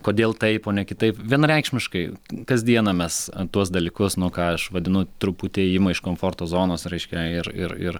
kodėl taip o ne kitaip vienareikšmiškai kasdieną mes tuos dalykus nu ką aš vadinu truputį ima iš komforto zonos reiškia ir ir ir